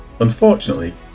unfortunately